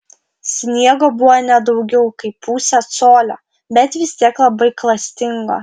sniego buvo ne daugiau kaip pusė colio bet vis tiek labai klastingo